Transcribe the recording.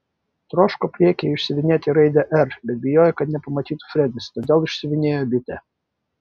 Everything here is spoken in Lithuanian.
troško priekyje išsiuvinėti raidę r bet bijojo kad nepamatytų fredis todėl išsiuvinėjo bitę